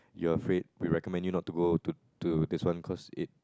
you're afraid we recommend you not to go to to this one cause it